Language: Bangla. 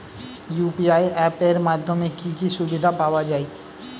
ইউ.পি.আই অ্যাপ এর মাধ্যমে কি কি সুবিধা পাওয়া যায়?